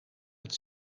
het